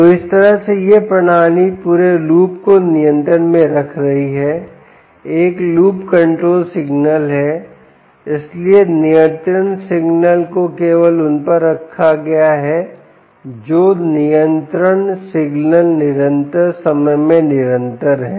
तो इस तरह से यह प्रणाली पूरे लूप को नियंत्रण में रख रही है एक लूप कंट्रोल सिग्नल है इसलिए नियंत्रण सिग्नल को केवल उन पर रखा गया है जो नियंत्रण सिग्नल निरंतर समय में निरंतर है